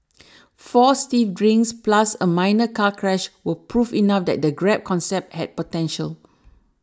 four stiff drinks plus a minor car crash were proof enough that the Grab concept had potential